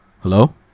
Hello